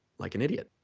like an idiot.